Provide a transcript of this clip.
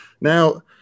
Now